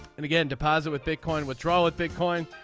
and again deposit with bitcoin withdrawal with bitcoin.